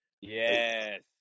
Yes